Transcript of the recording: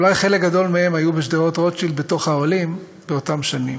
אולי חלק גדול מהם היו בשדרות-רוטשילד באוהלים באותן שנים.